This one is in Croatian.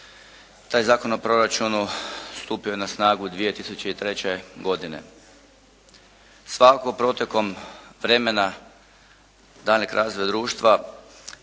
taj Zakon o proračunu stupio je na snagu 2003. godine. Svakako protekom vremena daljnjeg razvoja društva